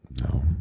No